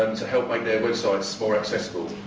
and to help make their websites more accessible.